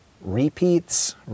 repeats